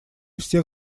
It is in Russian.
всех